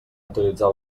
utilitzar